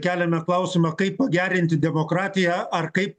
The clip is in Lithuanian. keliame klausimą kaip pagerinti demokratiją ar kaip